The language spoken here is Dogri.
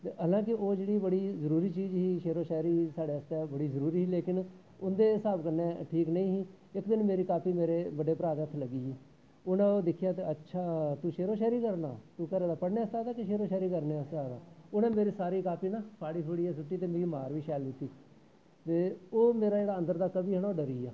हालां के ओह् बड़ा जरूरी चीज ही शेयरो शायरी साढ़ै आस्तै बड़ी जरूरी ही लेकिन उंदे हिसाब कन्नै ठीक नेईं ही इक दिन मेरी कापी बड्डे भ्रा दे हत्थ लग्गी गेई उनैं दिक्खेआ ते अच्छा तूं शेयरो शायरी करना तूं घर दा पढ़नें आस्तै आए दा कि शेयरो शायर आस्तै आए दा उनैं मेरी कापी ना सारी फाड़ी फूड़ियै सुट्टी ते मिगी मार बी शैल दित्ती ते मेंरे अन्दर दा कवि हा ना ओह् डरी गेआ